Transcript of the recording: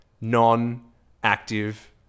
non-active